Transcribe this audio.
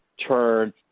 turn